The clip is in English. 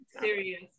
Serious